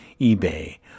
eBay